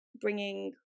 bringing